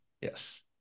yes